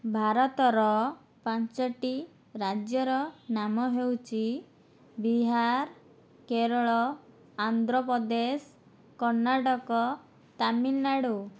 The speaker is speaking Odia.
ଭାରତର ପାଞ୍ଚଟି ରାଜ୍ୟର ନାମ ହେଉଛି ବିହାର କେରଳ ଆନ୍ଧ୍ରପ୍ରଦେଶ କର୍ଣ୍ଣାଟକ ତାମିଲନାଡ଼ୁ